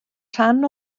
rhan